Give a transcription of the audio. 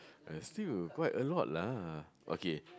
still quite alot lah